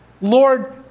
Lord